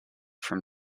from